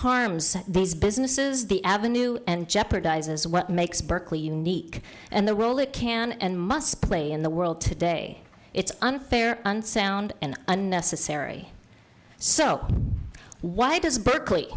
harms these businesses the avenue and jeopardizes what makes berkeley unique and the role it can and must play in the world today it's unfair unsound and unnecessary so why does berkeley